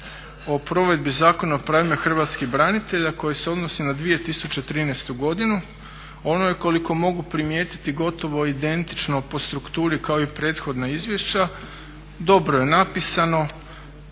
o provedbi Zakona o pravima hrvatskih branitelja koje se odnosi na 2013. godinu, ono je koliko mogu primijetiti gotovo identično po strukturi kao i prethodna izvješća, dobro je napisano.